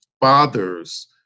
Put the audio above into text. fathers